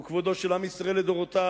הוא כבודו של עם ישראל לדורותיו,